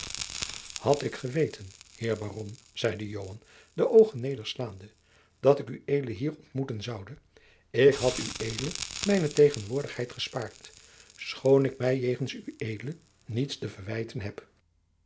had ik geweten heer baron zeide joan de oogen nederslaande dat ik ued hier ontmoeten zoude ik had ued mijne tegenwoordigheid gespaard schoon ik mij jegens ued niets te verwijten heb